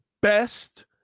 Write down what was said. best